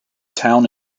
town